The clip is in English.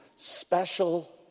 special